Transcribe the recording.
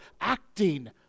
acting